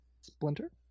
splinter